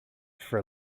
for